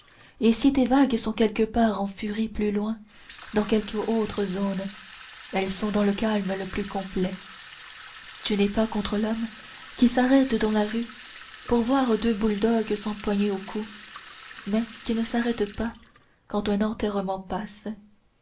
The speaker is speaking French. et si tes vagues sont quelque part en furie plus loin dans quelque autre zone elles sont dans le calme le plus complet tu n'es pas comme l'homme qui s'arrête dans la rue pour voir deux boule dogues s'empoigner au cou mais qui ne s'arrête pas quand un enterrement passe